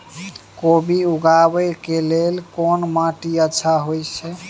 कोबी उगाबै के लेल कोन माटी अच्छा होय है?